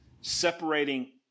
separating